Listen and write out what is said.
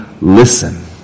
listen